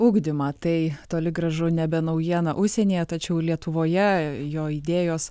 ugdymą tai toli gražu nebe naujiena užsienyje tačiau lietuvoje jo idėjos